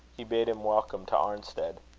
he bade him welcome to arnstead.